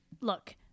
look